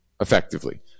effectively